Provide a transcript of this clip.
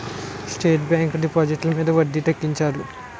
state bank డిపాజిట్లు మీద వడ్డీ తగ్గించారు